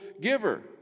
giver